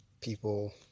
people